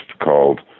called